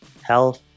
health